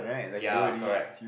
ya correct